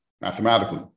mathematically